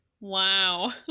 Wow